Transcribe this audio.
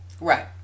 Right